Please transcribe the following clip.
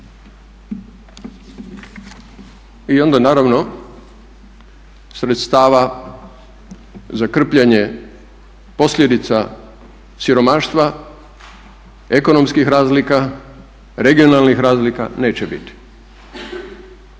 i onda naravno sredstava za krpljenje posljedica siromaštva, ekonomskih razlika, regionalnih razlika neće biti.